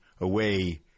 away